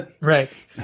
Right